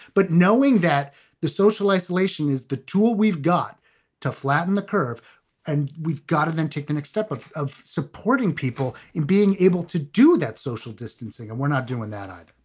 but knowing that the social isolation is the tool, we've got to flatten the curve and we've got to then take the next step of of supporting people in being able to do that social distancing. and we're not doing that mm